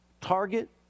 target